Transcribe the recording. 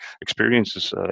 experiences